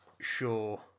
Sure